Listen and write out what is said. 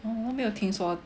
oh 我没有听说